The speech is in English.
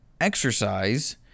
exercise